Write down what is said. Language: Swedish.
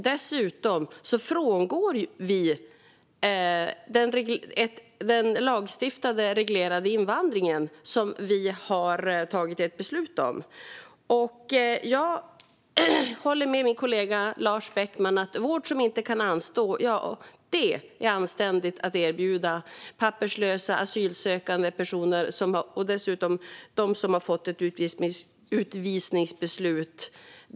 Dessutom frångår vi den lagstiftade, reglerade invandring som vi har fattat beslut om. Jag håller med min kollega Lars Beckman: Vård som inte kan anstå är anständigt att erbjuda papperslösa asylsökande personer, även sådana som fått ett utvisningsbeslut.